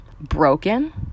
broken